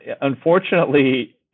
Unfortunately